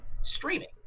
streaming